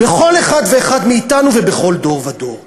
בכל אחד ואחד מאתנו, ובכל דור ודור.